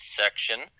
section